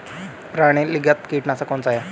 प्रणालीगत कीटनाशक कौन सा है?